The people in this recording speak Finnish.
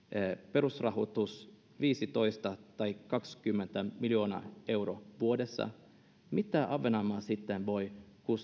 perusrahoitusta viisitoista tai kaksikymmentä miljoonaa euroa vuodessa miten ahvenanmaa sitten